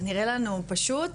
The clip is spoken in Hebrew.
נראה לכם פשוט,